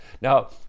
Now